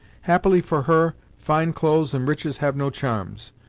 happily for her, fine clothes and riches have no charms.